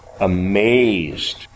Amazed